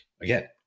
Again